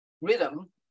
rhythm